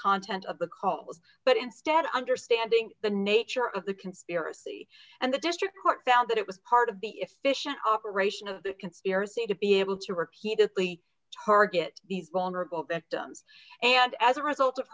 content of the calls but instead understanding the nature of the conspiracy and the district court found that it was part of the efficient operation of the conspiracy to be able to repeatedly target vulnerable victims and as a result of